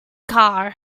car